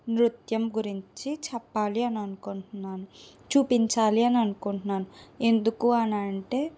నృత్యం గురించి చెప్పాలి అని అనుకుంటున్నాను చూపించాలి అని అనుకుంటున్నాను ఎందుకు అని అంటే